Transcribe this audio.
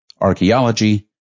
archaeology